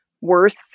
worth